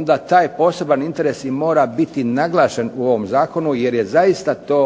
onda taj poseban interes i mora biti naglašen u ovom zakonu jer je zaista to